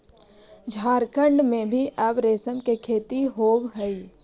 झारखण्ड में भी अब रेशम के खेती होवऽ हइ